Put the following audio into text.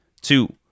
two